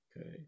Okay